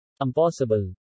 Impossible